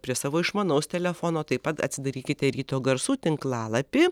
prie savo išmanaus telefono taip pat atsidarykite ryto garsų tinklalapį